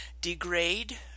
degrade